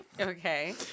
Okay